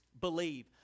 Believe